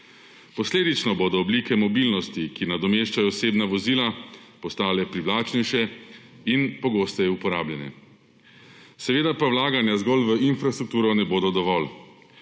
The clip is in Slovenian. Posledično bodo oblike mobilnosti, ki nadomeščajo osebna vozila, postale privlačnejše in pogosteje uporabljene. Seveda pa vlaganja zgolj v infrastrukturo ne bodo dovolj.